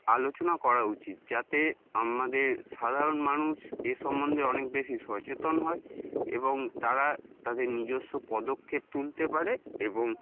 আলোচনা করা উচিত যাতে আমাদের সাধারণ মানুষ এ সম্বন্ধে অনেক বেশি সচেতন হয় এবং তারা তাদের নিজস্ব পদক্ষেপ তুলতে পারে এবং